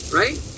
right